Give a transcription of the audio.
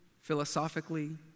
philosophically